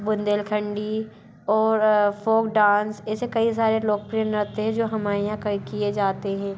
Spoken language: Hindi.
बुन्देलखंडी और फोक डांस ऐसे कई सारे लोकप्रिय नृत्य है जो हमारे यहाँ कई किए जाते हैं